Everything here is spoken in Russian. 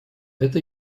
это